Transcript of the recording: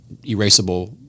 erasable